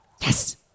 Yes